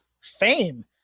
fame